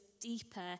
deeper